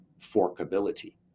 forkability